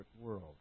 world